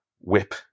whip